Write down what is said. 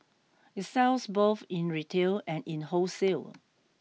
it sells both in retail and in wholesale